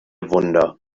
wunder